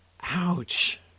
Ouch